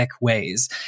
ways